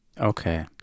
Okay